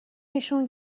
نشون